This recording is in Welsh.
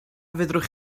fedrwch